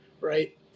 right